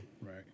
Right